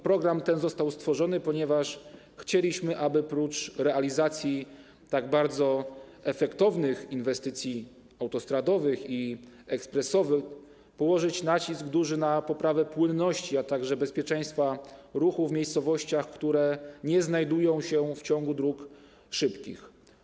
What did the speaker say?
Program ten został stworzony, ponieważ prócz realizacji tak bardzo efektownych inwestycji autostradowych i ekspresowych chcieliśmy położyć duży nacisk na poprawę płynności, a także bezpieczeństwa ruchu w miejscowościach, które nie znajdują się w ciągu dróg szybkich.